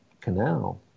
canal